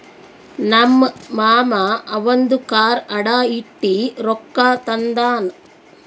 ನಮ್ ಮಾಮಾ ಅವಂದು ಕಾರ್ ಅಡಾ ಇಟ್ಟಿ ರೊಕ್ಕಾ ತಂದಾನ್